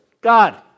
God